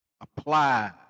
apply